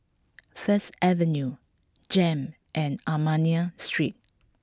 First Avenue J E M and Armenian Street